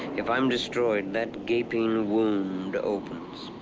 if i am destroyed, that gaping wound opens.